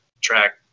track